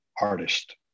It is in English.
Artist